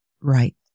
right